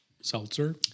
seltzer